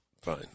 Fine